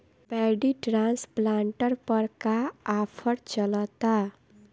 Paddy transplanter पर का offer चलता?